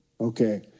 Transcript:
okay